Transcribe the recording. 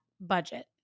budget